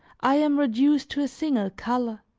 i am reduced to a single color,